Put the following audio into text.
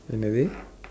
என்னது:ennathu